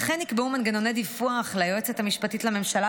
וכן נקבעו מנגנוני דיווח ליועצת המשפטית לממשלה